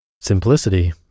Simplicity